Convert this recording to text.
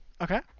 Okay